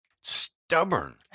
stubborn